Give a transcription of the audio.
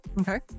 Okay